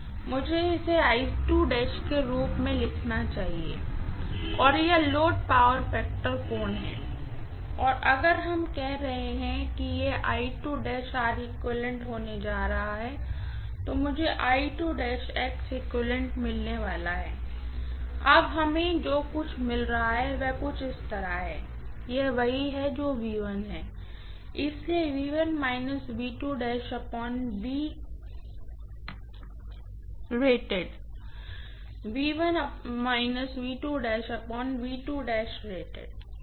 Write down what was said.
तो मुझे इस रूप में लिखना चाहिए और यह लोड पावर फैक्टर कोण है और अगर हम कह रहे हैं कि यह होने जा रहा है और मुझे मिलने वाला है अब हमें जो कुछ मिल रहा है वह कुछ इस तरह है यह वही है जो है इसलिए और